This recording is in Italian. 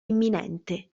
imminente